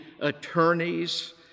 attorneys